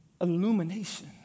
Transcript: illumination